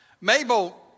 Mabel